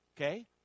Okay